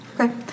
Okay